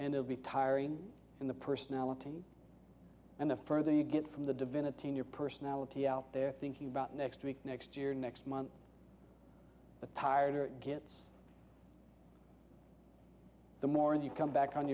it'll be tiring in the personality and the further you get from the divinity in your personality out there thinking about next week next year next month the tireder gets the more you come back on